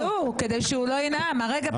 ביטלו, כדי שהוא לא ינאם, הרגע.